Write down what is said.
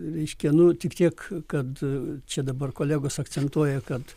reiškia nu tik tiek kad čia dabar kolegos akcentuoja kad